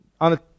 on